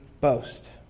boast